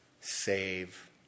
save